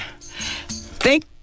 Thank